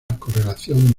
correlación